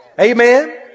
Amen